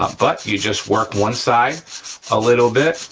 um but you just work one side a little bit,